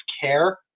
care